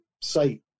site